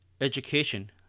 education